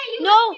No